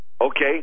Okay